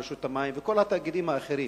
רשות המים וכל התאגידים האחרים,